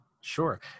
sure